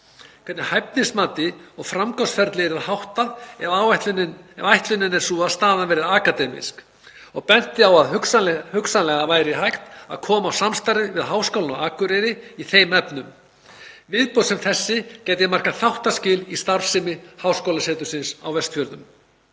hvernig hæfnismati og framgangsferli yrði háttað ef ætlunin er sú að staðan verði akademísk og benti á að hugsanlega væri hægt að koma á samstarfi við Háskólann á Akureyri í þeim efnum. Viðbót sem þessi gæti markað þáttaskil í starfsemi háskólasetursins. Það